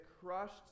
crushed